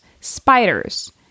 spiders